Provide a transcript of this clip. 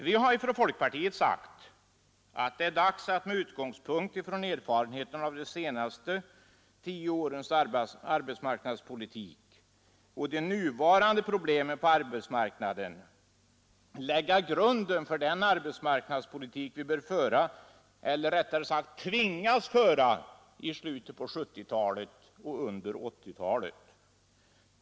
Vi har från folkpartiet sagt att det är dags att med utgångspunkt i erfarenheterna av de senaste tio årens arbetsmarknadspolitik och de nuvarande problemen på arbetsmarknaden lägga grunden för den arbetsmarknadspolitik vi bör föra — eller tvingas föra — i slutet av 1970-talet och under 1980-talet.